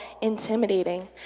intimidating